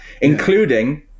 including